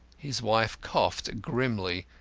his wife coughed grimly.